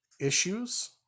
issues